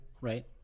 right